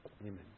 Amen